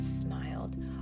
smiled